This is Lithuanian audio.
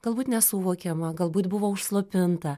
galbūt nesuvokiama galbūt buvo užslopinta